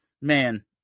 man